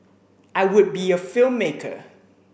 I would be a filmmaker